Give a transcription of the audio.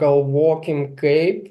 galvokim kaip